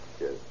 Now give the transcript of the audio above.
Yes